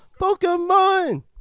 Pokemon